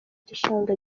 gishanga